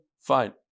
Fine